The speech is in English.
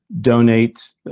Donate